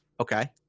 Okay